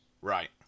Right